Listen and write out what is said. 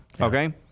Okay